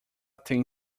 tem